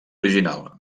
original